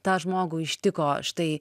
tą žmogų ištiko štai